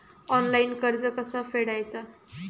Online कर्ज कसा फेडायचा?